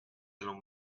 allons